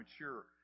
mature